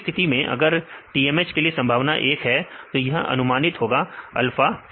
दूसरी स्थिति यह कि अगर TMH के लिए संभावना एक है तो यह अनुमानित होगा अल्फा